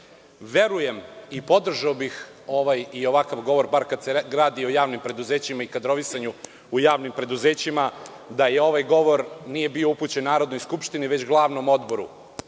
svojini. Verujem i podržao bih ovaj i ovakav govor bar kada se radi o javnim preduzećima i kadrovisanju u javnim preduzećima, da ovaj govor nije bio upućen Narodnoj skupštini već glavnom odboru